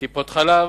טיפות-חלב,